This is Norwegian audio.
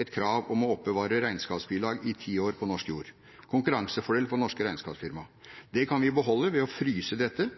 et krav om å oppbevare regnskapsbilag i 10 år på norsk jord, en konkurransefordel for norske regnskapsfirma. Det kan vi beholde ved å fryse dette